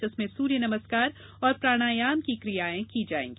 जिसमें सूर्य नमस्कार और प्राणायाम की क्रियायें की जायेंगी